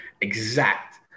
exact